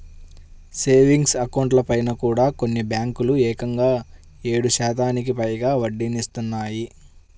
savings అకౌంట్లపైన కూడా కొన్ని బ్యేంకులు ఏకంగా ఏడు శాతానికి పైగా వడ్డీనిత్తన్నాయి